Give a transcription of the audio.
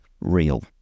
real